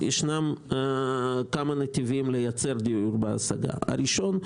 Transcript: ישנם כמה נתיבים לייצר דיור בר השגה: הראשון,